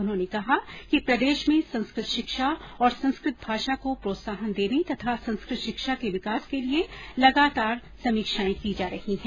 उन्होंने कहा कि प्रदेश में संस्कृत शिक्षा और संस्कृत भाषा को प्रोत्साहन देने तथा संस्कृत शिक्षा के विकास के लिए लगातार समीक्षाएं की जा रही हैं